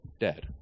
dead